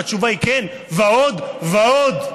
התשובה היא: כן, ועוד, ועוד.